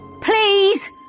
Please